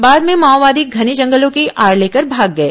बाद में माओवादी घने जंगलों की आड़ लेकर भाग गए